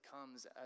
comes